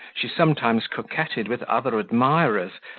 she sometimes coquetted with other admirers,